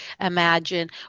imagine